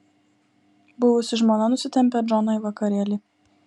buvusi žmona nusitempia džoną į vakarėlį